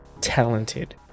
talented